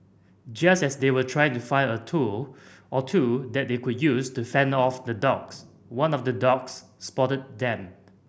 just as they were trying to find a tool or two that they could use to fend off the dogs one of the dogs spotted then